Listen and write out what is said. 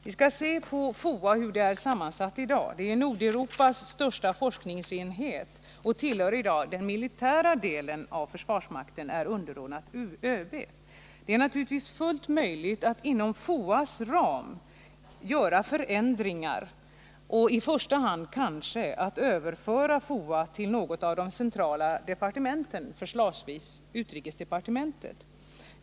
Låt oss se på hur FOA är sammansatt i dag. Den är Nordeuropas största forskningsenhet, och den tillhör i dag den militära delen av försvarsmakten och är underordnad ÖB. Det är naturligtvis fullt möjligt att inom FOA:s ram göra förändringar, i första hand kanske att överföra FOA till något av de centrala departementen, förslagsvis utrikesdepartementet.